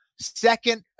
Second